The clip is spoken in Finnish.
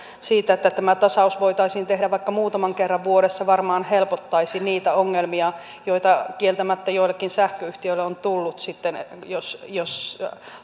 siitä että tämä tasaus voitaisiin tehdä vaikka muutaman kerran vuodessa varmaan helpottaisi niitä ongelmia joita kieltämättä joillekin sähköyhtiöille on tullut sitten jos jos